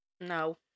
No